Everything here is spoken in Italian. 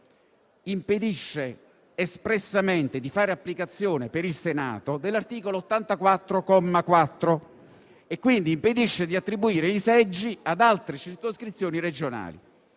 impedisce espressamente di fare applicazione per il Senato dell'articolo 84, comma 4 e quindi impedisce di attribuire i seggi ad altre circoscrizioni regionali.